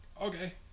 Okay